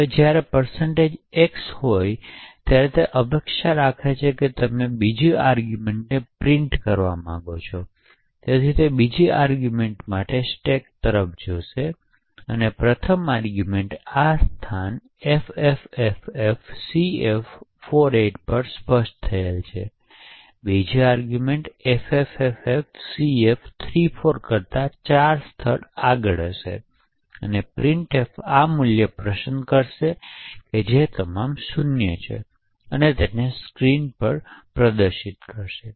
તેથી જ્યારે x હોય ત્યારે તે અપેક્ષા રાખે છે કે તમે બીજા આરગ્યૂમેંટને પ્રિન્ટ કરવા માંગો છો અને તેથી તે બીજા આરગ્યૂમેંટ માટે સ્ટેક તરફ જુએ છે હવે પ્રથમ આરગ્યૂમેંટ આ સ્થાન ffffcf48 પર સ્પષ્ટ થયેલ છે બીજા આરગ્યૂમેંટ ffffcf34 કરતાં ચાર સ્થળો આગડ હશે અને પ્રિન્ટફ આ મૂલ્ય પસંદ કરશે જે તમામ શૂન્ય છે અને તેને સ્ક્રીન પર પ્રદર્શિત કરશે